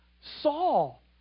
Saul